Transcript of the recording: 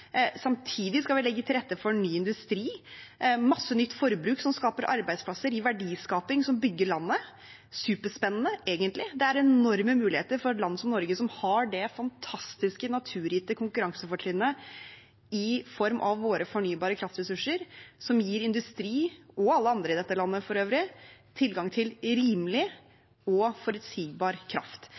Samtidig skal vi legge til rette for ny industri, masse nytt forbruk som skaper arbeidsplasser, gir verdiskaping og bygger landet. Det er superspennende, egentlig. Det er enorme muligheter for et land som Norge, som har det fantastiske naturgitte konkurransefortrinnet i form av våre fornybare kraftressurser som gir industri – og alle andre i dette landet, for øvrig – tilgang til rimelig og forutsigbar kraft.